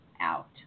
out